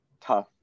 tough